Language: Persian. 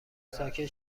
ساکت